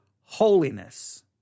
holiness